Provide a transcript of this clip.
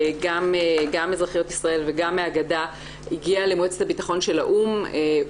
גם אזרחיות ישראל וגם מהגדה הגיעה למועצת הבטחון של האו"ם,